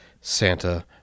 Santa